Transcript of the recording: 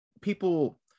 people